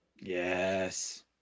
Yes